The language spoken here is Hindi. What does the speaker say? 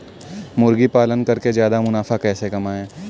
मुर्गी पालन करके ज्यादा मुनाफा कैसे कमाएँ?